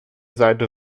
seite